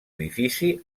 edifici